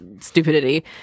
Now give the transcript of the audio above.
stupidity